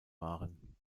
waren